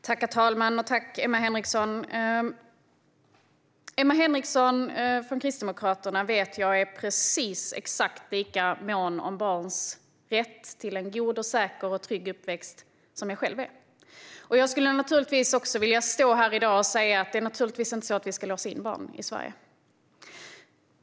Herr talman! Jag vet att Emma Henriksson från Kristdemokraterna är exakt lika mån om barns rätt till en god, säker och trygg uppväxt som jag själv är. Jag skulle naturligtvis vilja stå här och säga att vi inte ska låsa in barn i Sverige.